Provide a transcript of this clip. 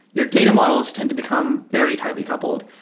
your data models tend to become very tightly coupled.